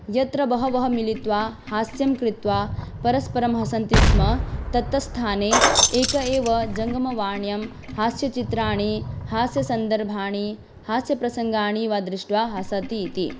यत्र बहवः मिलित्वा हास्यं कृत्वा परस्परं हसन्ति स्म तत् तत्स्थाने एकः एव जङ्गमवाण्यां हास्यचित्राणि हास्यसन्दर्भाणि हास्यप्रसङ्गाणि वा दृष्ट्वा हसति इति